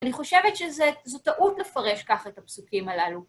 אני חושבת שזו טעות לפרש ככה את הפסוקים הללו.